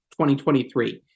2023